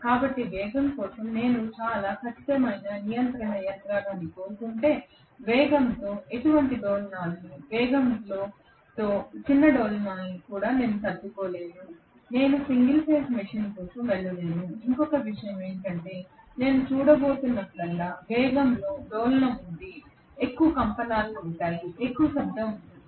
కాబట్టి వేగం కోసం చాలా ఖచ్చితమైన నియంత్రణ యంత్రాంగాన్ని నేను కోరుకుంటే వేగంతో ఎటువంటి డోలనాలను వేగంతో చిన్న డోలనాలను కూడా నేను తట్టుకోలేను నేను సింగిల్ ఫేజ్ మెషీన్ కోసం వెళ్ళలేను ఇంకొక విషయం ఏమిటంటే నేను చూడబోతున్నప్పుడల్లా వేగంలో డోలనం ఉంది ఎక్కువ కంపనాలు ఉంటాయి ఎక్కువ శబ్దం ఉంటుంది